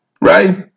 right